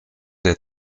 der